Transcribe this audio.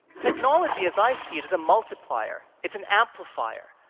technology, as i see it, is a multiplier, it's an amplifier.